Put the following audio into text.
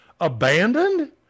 abandoned